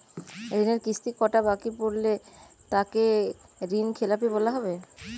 ঋণের কিস্তি কটা বাকি পড়লে তাকে ঋণখেলাপি বলা হবে?